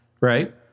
Right